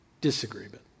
disagreement